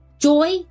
Joy